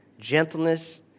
gentleness